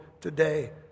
today